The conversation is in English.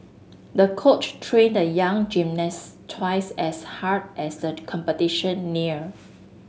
the coach trained the young gymnast twice as hard as the competition neared